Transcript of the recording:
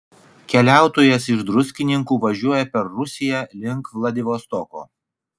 keliautojas iš druskininkų važiuoja per rusiją link vladivostoko